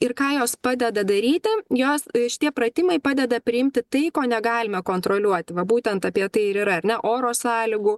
ir ką jos padeda daryti jos šitie pratimai padeda priimti tai ko negalime kontroliuoti va būtent apie tai ir yra ar ne oro sąlygų